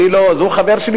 הוא חבר שלי,